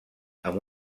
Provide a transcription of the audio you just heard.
amb